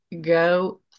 go